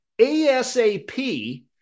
ASAP